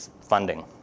funding